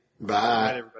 Bye